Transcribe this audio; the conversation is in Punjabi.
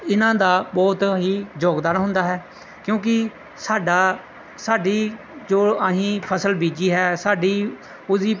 ਇਹਨਾਂ ਦਾ ਬਹੁਤ ਹੀ ਯੋਗਦਾਨ ਹੁੰਦਾ ਹੈ ਕਿਉਂਕਿ ਸਾਡਾ ਸਾਡੀ ਜੋ ਅਸੀਂ ਫਸਲ ਬੀਜੀ ਹੈ ਸਾਡੀ ਉਹਦੀ